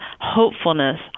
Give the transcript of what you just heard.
hopefulness